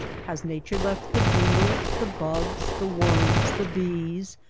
has nature left the beetles, the bugs, the worms, the bees,